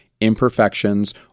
imperfections